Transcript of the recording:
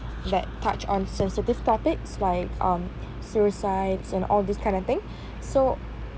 that touch on sensitive topics like um suicide and all this kind of thing so